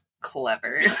clever